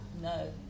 no